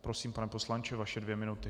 Prosím, pane poslanče, vaše dvě minuty.